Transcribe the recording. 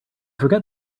forget